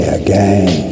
again